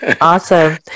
Awesome